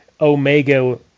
Omega